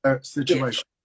situation